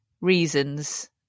reasons